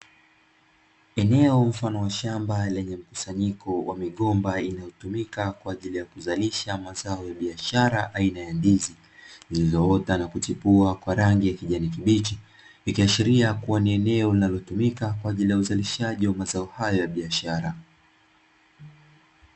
Eneo mfano wa shamba lenye mkusanyiko wa migomba inayotumika kwa ajili ya kuzalisha mazao ya biashara aina ya ndizi zilizoota na kuchepua kwa rangi ya kijani kibichi, ikiashiria kuwa ni eneo linalotumika kwa ajili ya uzalishaji wa mazao hayo ya biashara.